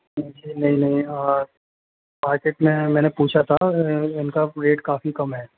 नहीं नहीं मार्केट में मैंने पूछा था इनका रेट काफ़ी कम है